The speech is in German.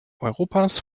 europas